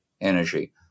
energy